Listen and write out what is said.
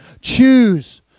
choose